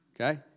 Okay